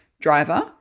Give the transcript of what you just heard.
driver